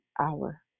hour